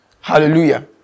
Hallelujah